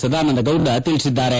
ಸದಾನಂದಗೌಡ ತಿಳಿಸಿದ್ದಾರೆ